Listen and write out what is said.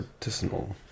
Artisanal